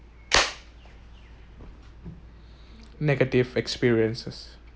negative experiences